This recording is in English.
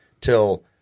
till